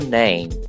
name